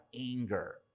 anger